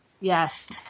Yes